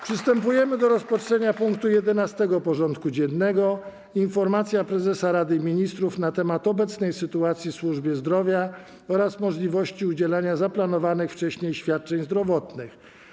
Przystępujemy do rozpatrzenia punktu 11. porządku dziennego: Informacja Prezesa Rady Ministrów na temat obecnej sytuacji w służbie zdrowia oraz możliwości udzielania zaplanowanych wcześniej świadczeń zdrowotnych.